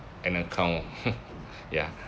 an account ya